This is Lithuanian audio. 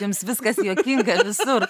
jums viskas juokinga visur